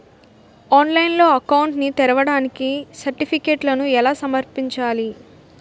ఆన్లైన్లో అకౌంట్ ని తెరవడానికి సర్టిఫికెట్లను ఎలా సమర్పించాలి?